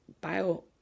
bio